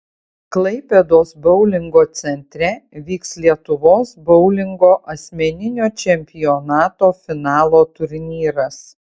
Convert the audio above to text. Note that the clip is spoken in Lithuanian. klaipėdos boulingo centre vyks lietuvos boulingo asmeninio čempionato finalo turnyras